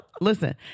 Listen